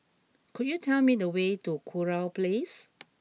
could you tell me the way to Kurau Place